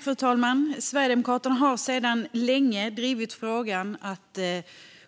Fru talman! Sverigedemokraterna har sedan länge drivit frågan om att